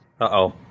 Uh-oh